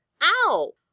ow